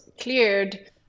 cleared